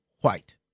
white